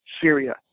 Syria